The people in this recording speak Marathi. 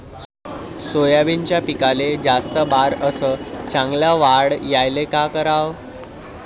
सोयाबीनच्या पिकाले जास्त बार अस चांगल्या वाढ यायले का कराव?